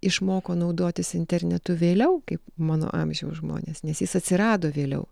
išmoko naudotis internetu vėliau kaip mano amžiaus žmonės nes jis atsirado vėliau